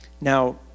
Now